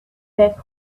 back